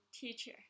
teacher